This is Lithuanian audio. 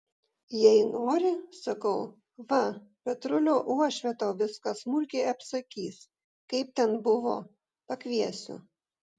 jei nori sakau va petrulio uošvė tau viską smulkiai apsakys kaip ten buvo pakviesiu